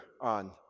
on